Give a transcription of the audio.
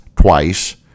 twice